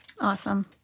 Awesome